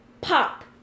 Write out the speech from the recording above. pop